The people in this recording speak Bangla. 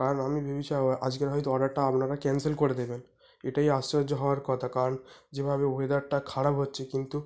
কারণ আমি ভেবেছিলাম আজকের হয়তো আপনারা অর্ডারটা আপনারা ক্যান্সেল করে দেবেন এটাই আশ্চর্য হওয়ার কথা কারণ যেভাবে ওয়েদারটা খারাপ হচ্ছে কিন্তু